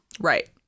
Right